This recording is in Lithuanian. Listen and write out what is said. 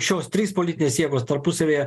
šios trys politinės jėgos tarpusavyje